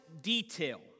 detail